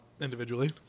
individually